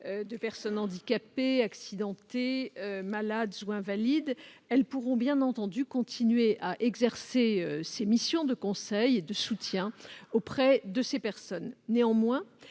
de personnes handicapées, accidentées, malades ou invalides, qui pourront bien entendu continuer à exercer leurs missions de conseil et de soutien. Néanmoins,